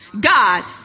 God